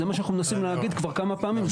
זה מה שאנחנו מנסים להגיד כבר כמה פעמים,